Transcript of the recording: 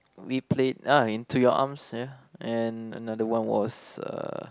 we played uh Into Your Arms ya and another one was uh